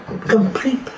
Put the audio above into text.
Complete